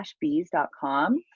bees.com